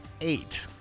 eight